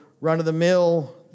run-of-the-mill